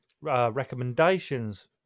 recommendations